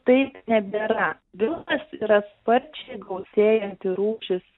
taip nebėra vilkas yra sparčiai gausėjanti rūšis